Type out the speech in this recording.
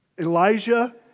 Elijah